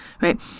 right